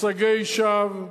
מצגי שווא,